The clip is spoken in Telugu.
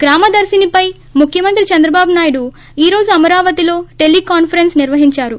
గ్రామదర్నిపై ముఖ్వమంత్రి చంద్రబాబు నాయుడు ఈ రోజు అమరావతి లో టెలికాన్నరెస్పీ నిర్వహించారు